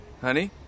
Honey